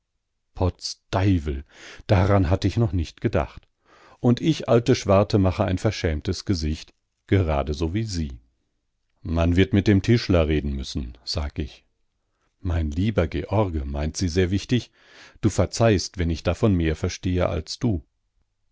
potz deiwel daran hatt ich noch nicht gedacht und ich alte schwarte mache ein verschämtes gesicht gerade so wie sie man wird mit dem tischler reden müssen sag ich mein lieber george meint sie sehr wichtig du verzeihst wenn ich davon mehr verstehe als du